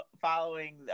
following